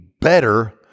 better